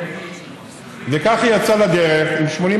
אומץ לב ציבורי,